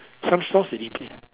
some stores they imple~